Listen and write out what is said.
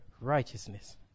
righteousness